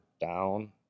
down